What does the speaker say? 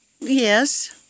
Yes